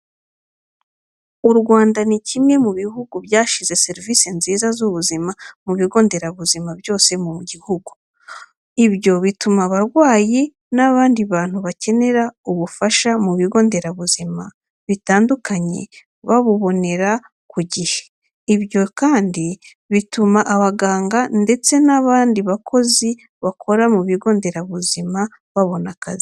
U Rwanda ni kimwe mu bihugu byashyizeho serivisi nziza z'ubuzima mu bigo nderabuzima byose mu jyihugu, ibyo bituma abarwayi n'abandi bantu bakenera ubufasha mu bigo nderabuzima bitandukanye babubonera ku jyihe. Ibyo kandi bituma abaganga ndetse n'abandi bakozi bakora mu bigo nderabuzima babona akazi.